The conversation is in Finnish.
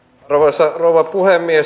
arvoisa rouva puhemies